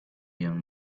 young